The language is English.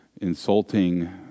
insulting